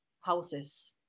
houses